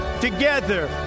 together